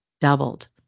doubled